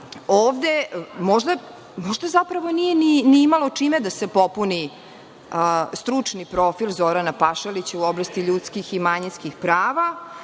možda zapravo nije ni imao čime da se popuni stručni profil Zorana Pašalića u oblasti ljudskih i manjinskih prava.